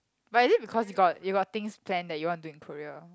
but is it because you got you got things plan that you want do in Korea